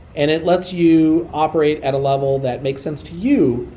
and it lets you operate at a level that makes sense to you,